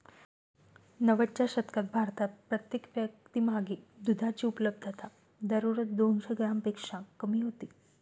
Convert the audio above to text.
नव्वदच्या दशकात भारतात प्रत्येक व्यक्तीमागे दुधाची उपलब्धता दररोज दोनशे ग्रॅमपेक्षा कमी होती